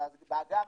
בעגה המקצועית,